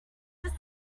just